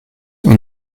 und